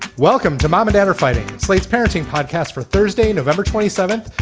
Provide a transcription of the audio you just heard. welcome to mom and dad are fighting slate's parenting podcast for thursday, november twenty seventh.